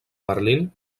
berlín